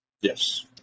Yes